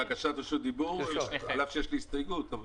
בקשת רשות דיבור, על אף שיש לי הסתייגות.